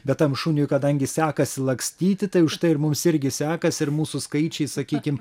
bet tam šuniui kadangi sekasi lakstyti tai užtai ir mums irgi sekasi ir mūsų skaičiai sakykim